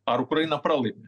ar ukraina pralaimi